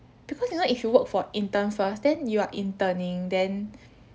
because you know if you work for intern first then you are interning then